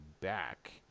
back